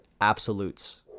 absolutes